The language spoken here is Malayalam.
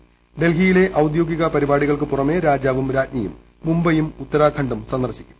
ഡ്വൽക്കിയിലെ ഔദ്യോഗിക പരിപാടികൾക്കു പുറമേ രാജാവും രാജ്ഞിയും മുട്ടബ്രെയും ഉത്തരാഖണ്ഡും സന്ദർശിക്കും